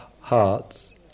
hearts